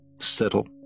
Settle